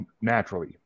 naturally